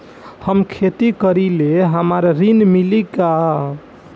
हम खेती करीले हमरा ऋण मिली का?